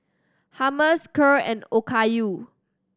Hummus Kheer and Okayu